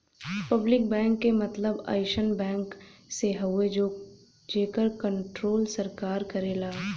public bank क मतलब अइसन बैंक से हउवे जेकर कण्ट्रोल सरकार करेला